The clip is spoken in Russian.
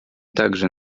также